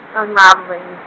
unraveling